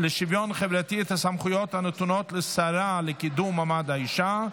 לשוויון חברתי את הסמכויות הנתונות לשרה לקידום מעמד האישה,